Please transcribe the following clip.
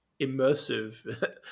immersive